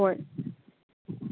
ꯍꯣꯏ